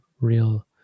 real